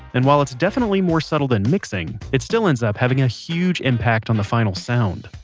and while it's definitely more subtle than mixing, it still ends up having a huge impact on the final sound.